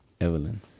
evelyn